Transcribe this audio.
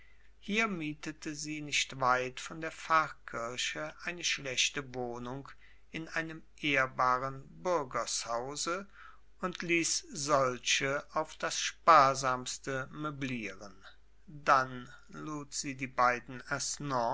hier mietete sie nicht weit von der pfarrkirche eine schlechte wohnung in einem ehrbaren bürgershause und ließ solche auf das sparsamste möblieren dahin lud sie die beiden